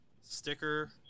sticker